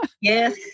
Yes